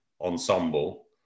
ensemble